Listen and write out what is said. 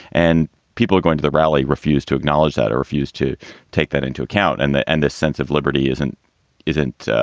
and people are going to the rally, refuse to acknowledge that or refuse to take that into account. and the end, the sense of liberty isn't isn't